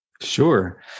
Sure